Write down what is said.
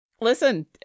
Listen